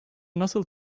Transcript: nasıl